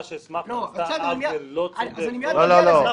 שהסמכת עשתה עוול לא צודק --- מייד אדבר על זה,